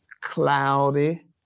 cloudy